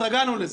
התרגלנו לזה,